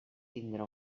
tindre